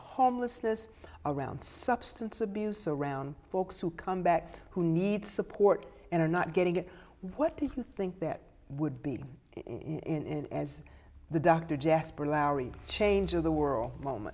homelessness around substance abuse around folks who come back who need support and are not getting it what do you think that would be in as the dr jasper lowry change of the world